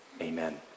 Amen